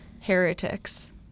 heretics